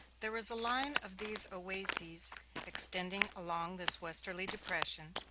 there is a line of these oases extending along this westerly depression,